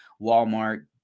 Walmart